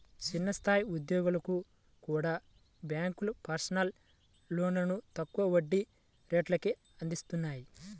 చిన్న స్థాయి ఉద్యోగులకు కూడా బ్యేంకులు పర్సనల్ లోన్లను తక్కువ వడ్డీ రేట్లకే అందిత్తన్నాయి